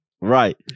Right